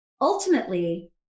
ultimately